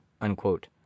unquote